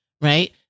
Right